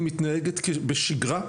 היא מתנהגת בשגרה?